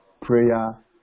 prayer